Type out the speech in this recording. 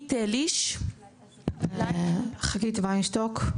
חגית וינשטוק,